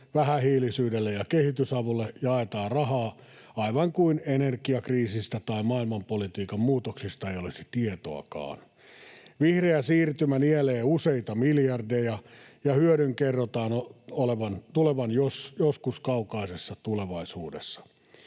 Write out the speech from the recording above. vähähiilisyydelle ja kehitysavulle, jaetaan rahaa aivan kuin energiakriisistä tai maailmanpolitiikan muutoksista ei olisi tietoakaan. Vihreä siirtymä nielee useita miljardeja, ja hyödyn kerrotaan tulevan joskus kaukaisessa tulevaisuudessa.